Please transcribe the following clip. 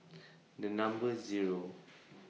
The Number Zero